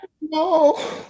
No